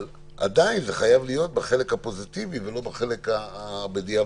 אבל עדיין זה חייב להיות בחלק הפוזיטיבי ולא בחלק שבדיעבד.